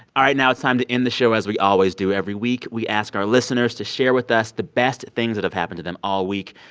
all right. now it's time to end the show as we always do. every week, we ask our listeners to share with us the best things that have happened to them all week.